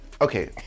okay